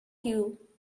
you